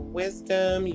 wisdom